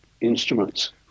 instruments